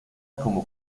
como